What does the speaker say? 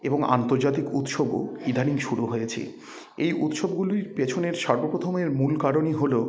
এবং আন্তর্জাতিক উৎসবও ইদানীং শুরু হয়েছে এই উৎসবগুলির পেছনের সর্বপ্রথমের মূল কারণই হলো